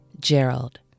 Gerald